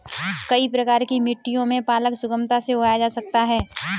कई प्रकार की मिट्टियों में पालक सुगमता से उगाया जा सकता है